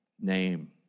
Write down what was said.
name